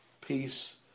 peace